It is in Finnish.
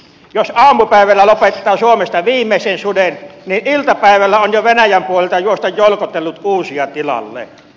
jos aamupäivällä lopettaa suomesta viimeisen suden niin iltapäivällä on jo venäjän puolelta juosta jolkotellut uusia tilalle